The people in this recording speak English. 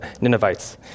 Ninevites